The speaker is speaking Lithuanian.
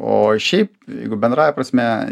o šiaip jeigu bendrąja prasme